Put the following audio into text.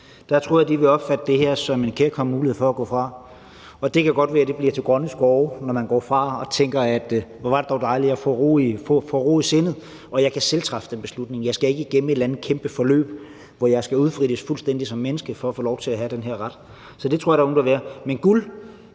hver dag, vil opfatte det som en kærkommen mulighed for at gå fra. Det kan godt være, at det bliver til grønne skove, når man går fra og man tænker, hvor er det dog dejligt at få ro i sindet, og at man selv kan træffe den beslutning og ikke skal igennem et eller andet kæmpe forløb, hvor man skal udfrittes fuldstændig som menneske for at få lov til at have den her ret. Sådan tror jeg det vil være for nogle, men guld